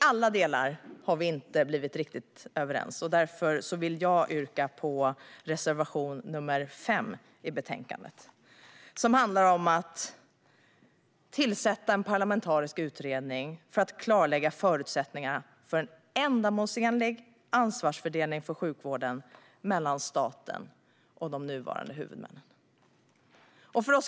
Vi är inte överens i riktigt alla delar, och därför yrkar jag bifall till reservation nr 5 om att tillsätta en parlamentarisk utredning för att klarlägga förutsättningarna för en ändamålsenlig ansvarsfördelning mellan staten och nuvarande huvudmän när det gäller sjukvården.